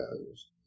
values